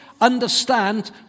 understand